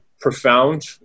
profound